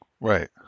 Right